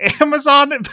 Amazon